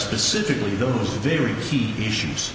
specifically those very key issues